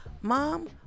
Mom